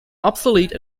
obsolete